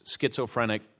schizophrenic